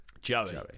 Joey